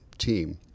team